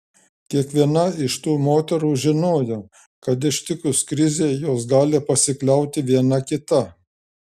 kiekviena iš tų moterų žinojo kad ištikus krizei jos gali pasikliauti viena kita